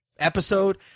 episode